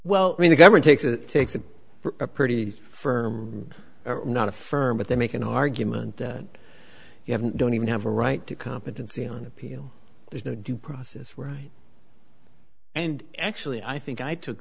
well when the government takes it takes a pretty firm not a firm but they make an argument that you haven't don't even have a right to competency on appeal there's no due process right and actually i think i took